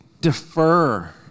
defer